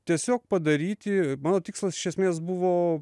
tiesiog padaryti mano tikslas iš esmės buvo